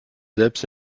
selbst